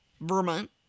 Vermont